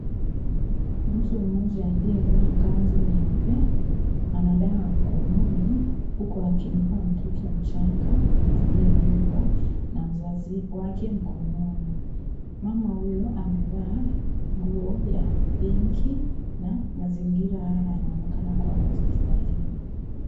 Mtu mmoja aliyevaa kanzu nyeupe ana dawa mkononi huku akimpa mtoto mchanga aliyebebwa na mzazi wake mkononi . Mama huyu amevaa nguo ya pinki na mazingira haya yanaonekana kuwa ya hospitalini